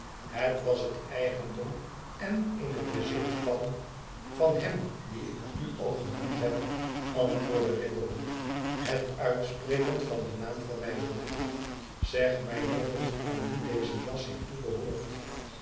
het was het eigendom en in het bezit van van hem dien ik u al genoemd heb antwoordde riderhood het uitspreken van den naam vermijdende zeg mij nog eens aan wien deze jas heeft toebehoord